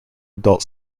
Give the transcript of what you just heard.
adult